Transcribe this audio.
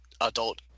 adult